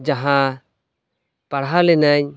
ᱡᱟᱦᱟᱸ ᱯᱟᱲᱦᱟᱣ ᱞᱤᱱᱟᱹᱧ